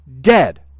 Dead